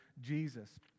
Jesus